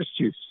juice